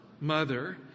mother